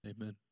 Amen